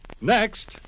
Next